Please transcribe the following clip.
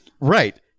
Right